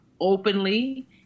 openly